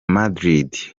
madrid